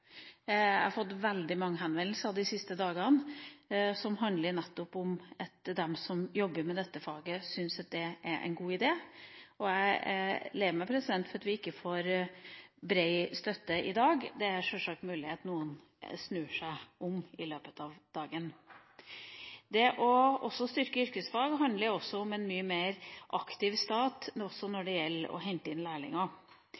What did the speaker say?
Jeg har fått veldig mange henvendelser de siste dagene, som handler nettopp om at de som jobber med dette faget, syns det er en god idé. Jeg er lei meg for at vi ikke får bred støtte i dag. Det er sjølsagt mulig at noen snur i løpet av dagen. Det å styrke yrkesfag handler også om en mye mer aktiv stat, også når